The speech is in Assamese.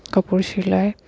কাপোৰ চিলাই